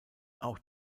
auch